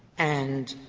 and